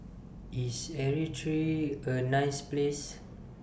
IS Eritrea A nice Place